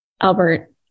Albert